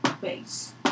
base